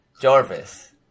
Jarvis